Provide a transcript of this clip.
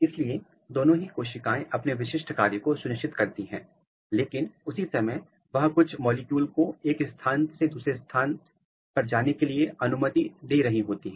इसलिए दोनों ही कोशिकाएं अपने विशिष्ट कार्य को सुनिश्चित करती हैं लेकिन उसी समय वह कुछ मॉलिक्यूल को एक दूसरे के साथ एक स्थान से दूसरे स्थान पर जाने के लिए अनुमति दे रही होती हैं